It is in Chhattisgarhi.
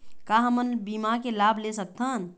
का हमन बीमा के लाभ ले सकथन?